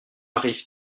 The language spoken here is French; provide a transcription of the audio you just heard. arrive